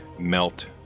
melt